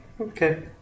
Okay